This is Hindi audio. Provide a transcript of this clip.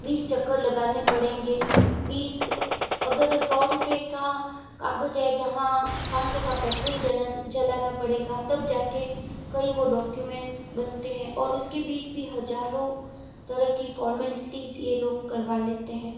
बीस चक्कर लगाने पड़ेंगे बीस अगर सौ रूपए का कागज है जहाँ पाँच सौ का पेट्रोल जलाना पड़ेगा तब जाके कहीं वह डॉक्यूमेंट बनते हैं और उसके बीच भी हजारों तरह की फॉर्मेलिटीज़ यह लोग करवा लेते हैं